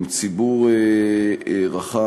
עם ציבור רחב,